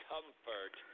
Comfort